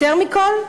יותר מכול,